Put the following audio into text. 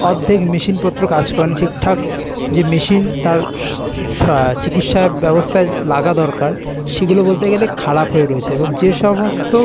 অর্ধেক মেশিনপত্র কাজ করে নি ঠিকঠাক যে মেশিন তার সা চিকিৎসা ব্যবস্থায় লাগা দরকার সেগুলো বলতে গেলে খারাপ হয়ে রয়েছে এবং যে সমস্ত